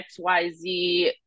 XYZ